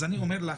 אז אני אומר לך,